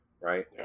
Right